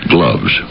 Gloves